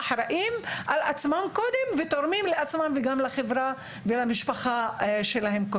אחראים על עצמם קודם ותורמים לעצמם וגם לחברה ולמשפחה שלהם.